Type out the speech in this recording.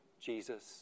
Jesus